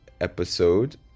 episode